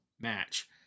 match